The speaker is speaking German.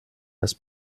das